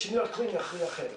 שינוי האקלים יכריע אחרת.